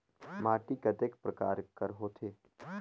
माटी कतेक परकार कर होथे?